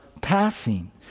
passing